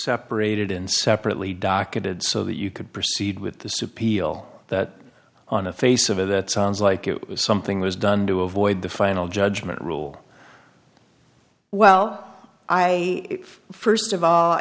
separated and separately docketed so that you could proceed with the subpoena that on the face of it that sounds like it was something was done to avoid the final judgment rule well i first of all